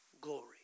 glory